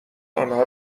آنها